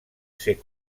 ser